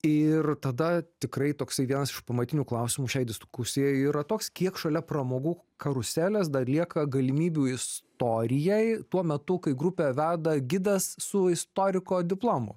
ir tada tikrai toksai vienas iš pamatinių klausimų šiai diskusijai yra toks kiek šalia pramogų karuselės dar lieka galimybių istorijai tuo metu kai grupę veda gidas su istoriko diplomu